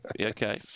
Okay